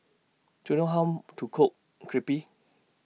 Do YOU know How to Cook Crepe